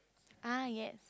ah yes